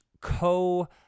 co